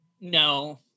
No